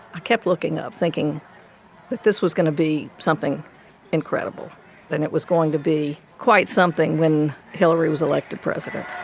ah kept looking up thinking that this was going to be something incredible and it was going to be quite something when hillary was elected president